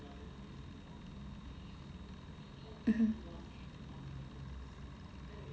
mmhmm